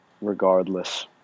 regardless